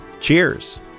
Cheers